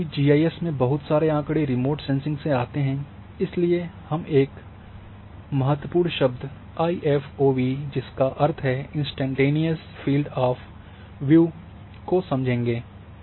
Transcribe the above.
अब क्योंकि जीआईएस में बहुत सारे आँकड़े रिमोट सेंसिंग से आते हैं इसलिए अब हम एक हैं महत्वपूर्ण शब्द आईएफओवी जिसका अर्थ है इंस्स्टैंटेनियस फ़ील्ड ऑफ़ वीव को समझेंगे